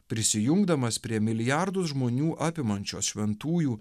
prisijungdamas prie milijardus žmonių apimančios šventųjų